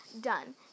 done